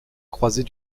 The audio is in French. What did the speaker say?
croisée